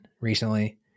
recently